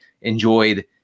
enjoyed